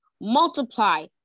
multiply